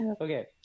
okay